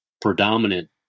predominant